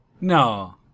No